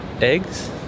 eggs